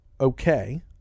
Okay